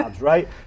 right